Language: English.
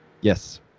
Yes